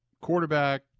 quarterback